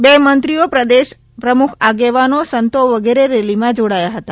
બે મંત્રીઓ પ્રદેશ પ્રમુખ આગેવાનો સંતો વગેરે રેલીમાં જોડાયા હતા